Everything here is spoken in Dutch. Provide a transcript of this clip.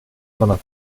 vanaf